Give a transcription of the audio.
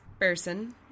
person